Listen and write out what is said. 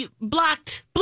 blocked